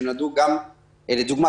לדוגמה,